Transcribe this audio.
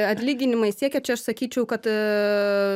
atlyginimai siekia čia aš sakyčiau kad